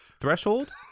threshold